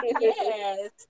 Yes